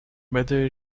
whether